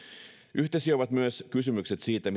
yhteisiä ovat myös kysymykset siitä